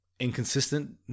inconsistent